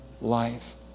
life